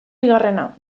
bigarrena